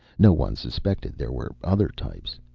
no one suspected there were other types.